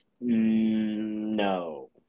No